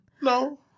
No